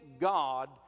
God